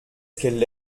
qu’elle